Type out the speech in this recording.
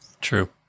True